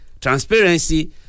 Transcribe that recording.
transparency